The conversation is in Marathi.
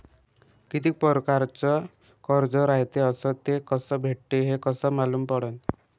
कितीक परकारचं कर्ज रायते अस ते कस भेटते, हे कस मालूम पडनं?